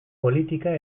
politika